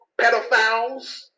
pedophiles